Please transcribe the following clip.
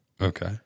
Okay